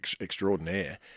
extraordinaire